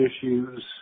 issues